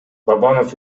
бабанов